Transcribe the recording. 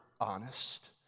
honest